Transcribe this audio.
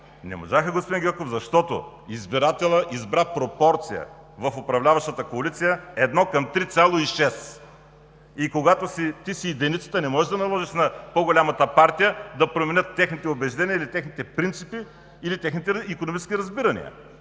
Не можаха, господин Гьоков, защото избирателят избра пропорция в управляващата коалиция 1 към 3,6 и когато ти си единицата, не можеш да наложиш на по-голямата партия да промени убежденията, принципите или икономическите си разбирания.